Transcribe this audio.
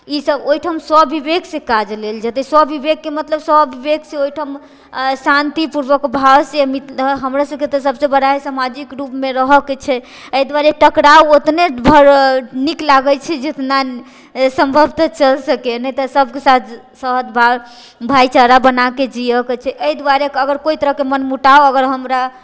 ई सब ओइठाम स्वविवेकसँ काज लेल जेतै स्वविवेकके मतलब स्वविवेकसँ ओइठाम शान्तिपूर्वक भावसँ हमरा सबके तऽ सबसँ बड़ा हय समाजिक रूपमे रहैके छै अइ दुआरे टकराव ओतने नीक लागै छै जितना सम्भवतः चल सकै नहि तऽ सबके साथ भाइचारा बनाके जियऽके छै अइ दुआरे अगर कोइ तरहके मनमुटाव अगर हमरा